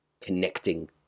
connecting